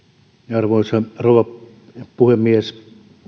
arvoisa rouva puhemies